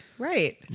Right